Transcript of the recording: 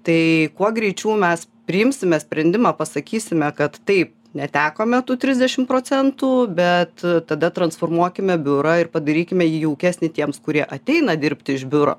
tai kuo greičiau mes priimsime sprendimą pasakysime kad taip netekometų tų trisdešim procentų bet tada transformuokime biurą ir padarykime jį jaukesnį tiems kurie ateina dirbti iš biuro